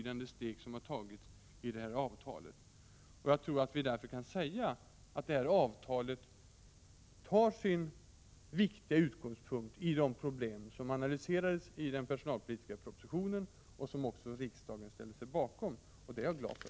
Detta avtal kan därför sägas ta sin viktiga utgångspunkt i de problem som analyserades i den personalpolitiska propositionen, som riksdagen ställde sig bakom, vilket jag är glad för.